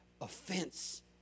offense